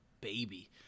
baby